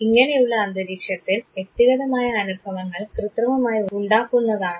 ഇങ്ങനെയുള്ള അന്തരീക്ഷത്തിൽ വ്യക്തിഗതമായ അനുഭവങ്ങൾ കൃത്രിമമായി ഉണ്ടാക്കുന്നതാണ്